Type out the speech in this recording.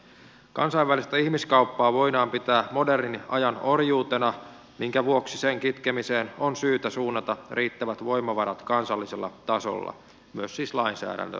kansainvälistä ihmiskauppaa voidaan pitää modernin ajan orjuutena minkä vuoksi sen kitkemiseen on syytä suunnata riittävät voimavarat kansallisella tasolla siis myös lainsäädäntötasolla